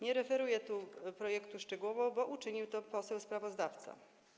Nie referuję tu projektu szczegółowo, bo uczynił to poseł sprawozdawca.